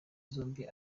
zombi